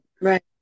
right